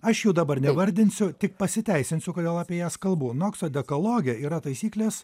aš jų dabar nevardinsiu tik pasiteisinsiu kodėl apie jas kalbu nokso dekaloge yra taisyklės